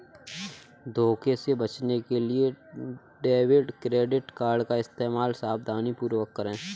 धोखे से बचने के लिए डेबिट क्रेडिट कार्ड का इस्तेमाल सावधानीपूर्वक करें